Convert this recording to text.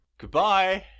Goodbye